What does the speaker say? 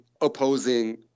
opposing